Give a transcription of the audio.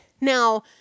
Now